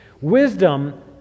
Wisdom